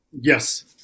Yes